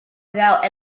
without